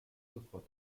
sofort